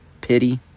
pity